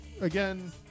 again